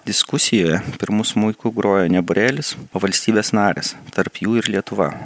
diskusijoje pirmu smuiku grojo ne borėlis o valstybės narės tarp jų ir lietuva